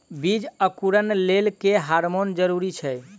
बीज अंकुरण लेल केँ हार्मोन जरूरी छै?